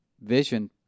vision